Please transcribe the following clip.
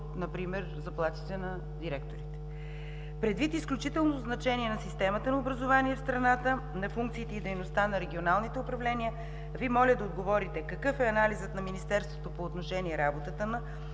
отколкото заплатите на директорите. Предвид изключителното значение за системата на образованието в страната на функциите и дейността на регионалните управления, Ви моля да отговорите: Какъв е анализът на Министерството на образованието